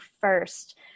first